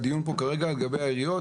הדיון כאן כרגע הוא לגבי העיריות.